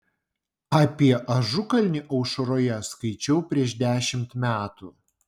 apie ažukalnį aušroje skaičiau prieš dešimt metų